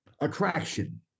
attraction